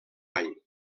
any